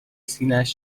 سینهاش